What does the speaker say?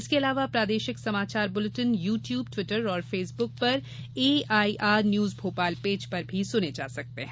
इसके अलावा प्रादेशिक समाचार बुलेटिन यू ट्यूब ट्विटर और फेसबुक पर एआईआर न्यूज भोपाल पेज पर सुने जा सकते हैं